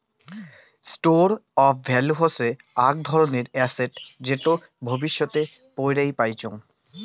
store of value হসে আক ধরণের এসেট যেটো ভবিষ্যতে পৌরাই পাইচুঙ